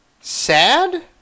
Sad